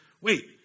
wait